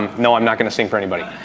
um no i'm not gonna sing for anybody.